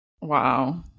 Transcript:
Wow